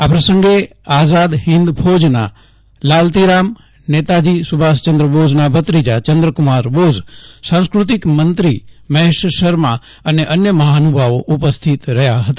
આ પ્રસંગે આઝાદ હિંદ ફોજના લાલતીરામ નેતાજી સુભાષચંદ્ર બોઝના ભત્રીજા ચંદ્ર કુમાર બોઝ સાંસ્કૃતિક મંત્રી મહેશ શર્મા અને અન્ય મહાનુભાવો ઉપસ્થિત રહ્યા હતા